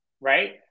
right